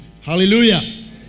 Hallelujah